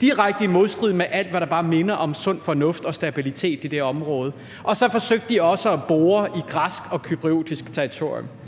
direkte i modstrid med alt, hvad der bare minder om sund fornuft og stabilitet i det område. Og så forsøgte de også at bore i græsk og cypriotisk territorium.